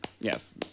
yes